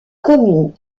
commune